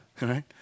right